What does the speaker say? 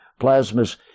plasmas